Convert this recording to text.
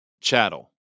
chattel